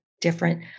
different